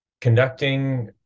conducting